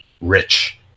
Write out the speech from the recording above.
rich